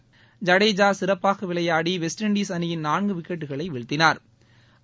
ஐடேஜா சிறப்பாக விளையாடி West Indies அணியின் நான்கு விக்கெட்களை வீழ்த்தினாா்